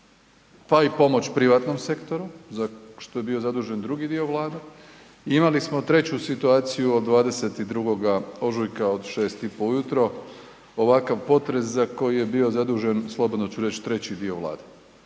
pa i pomoć privatnom sektoru, za što je bio zadužen drugi dio Vlade i imali smo 3. situaciju od 22. ožujka od 6 i po ujutro, ovakav potres za koji je bio zadužen, slobodno ću reći, 3. dio Vlade.